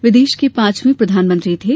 वे देश के पांचवे प्रधानमंत्री थे